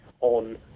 on